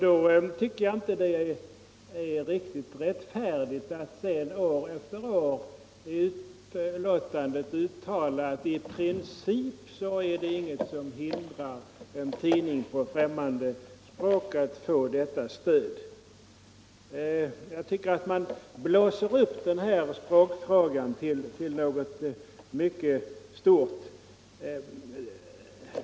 Då tycker jag inte att det är riktigt rättfärdigt att sedan år efter år i utskottsbetänkandet uttala att i princip är det inget som hindrar att en tidning på främmande språk får detta stöd. Jag tycker att man blåser upp den här språkfrågan till något mycket stort.